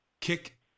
kick